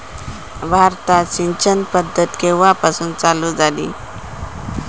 भारतात सिंचन पद्धत केवापासून चालू झाली?